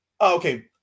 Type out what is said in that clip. Okay